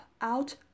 out